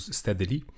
steadily